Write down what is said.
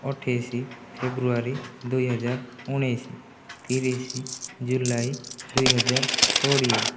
ଅଠେଇଶ ଫେବୃଆରୀ ଦୁଇହଜାର ଉଣେଇଶ ତିରିଶ ଜୁଲାଇ ଦୁଇହଜାର କୋଡ଼ିଏ